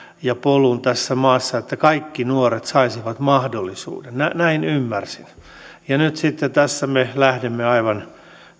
ja polun tässä maassa että kaikki nuoret saisivat mahdollisuuden näin ymmärsin nyt sitten tässä me lähdemme aivan